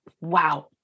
wow